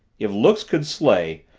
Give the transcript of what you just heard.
if looks could slay,